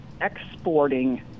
exporting